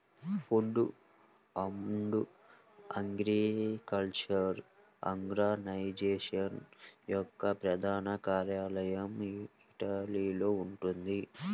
food and agriculture organisation యొక్క ప్రధాన కార్యాలయం ఇటలీలో ఉంది